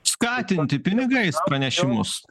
skatinti pinigais pranešimus